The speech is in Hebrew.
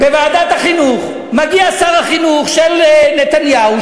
מגיע לוועדת החינוך שר החינוך של נתניהו,